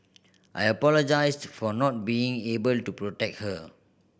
I apologised for not being able to protect her